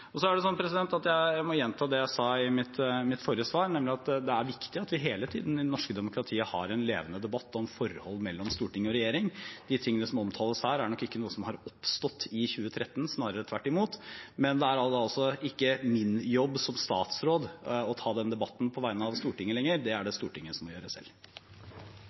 Jeg må gjenta det jeg sa i mitt forrige svar. Det er viktig at vi hele tiden i det norske demokratiet har en levende debatt om forholdet mellom storting og regjering. De tingene som omtales her, er nok ikke noe som har oppstått i 2013, snarere tvert imot. Men som statsråd er det altså ikke lenger min jobb å ta den debatten på vegne av Stortinget; det må Stortinget gjøre selv.